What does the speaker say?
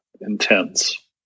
intense